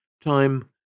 Time